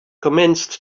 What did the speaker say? commenced